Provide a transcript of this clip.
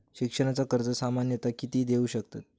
शिक्षणाचा कर्ज सामन्यता किती देऊ शकतत?